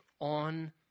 on